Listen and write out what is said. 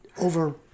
Over